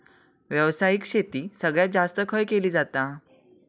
व्यावसायिक शेती सगळ्यात जास्त खय केली जाता?